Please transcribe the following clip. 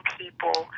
people